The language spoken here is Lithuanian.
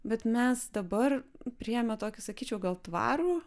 bet mes dabar priėjome tokį sakyčiau gal tvarų